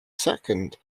second